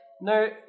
No